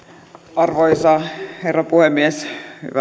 arvoisa herra puhemies hyvää